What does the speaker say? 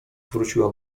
wróciła